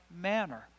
manner